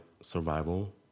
survival